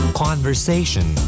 conversation